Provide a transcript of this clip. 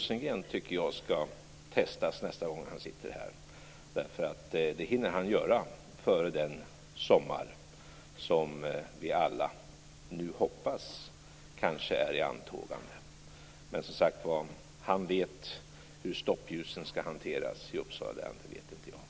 Men jag tycker att Björn Rosengren skall testas nästa gång han sitter här. Han hinner svara före den sommar som vi alla nu hoppas är i antågande. Han vet, som sagt var, hur stoppljusen i Uppsala län skall hanteras. Det vet inte jag.